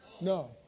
No